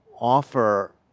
offer